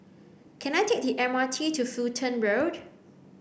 can I take the M R T to Fulton Road